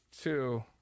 Two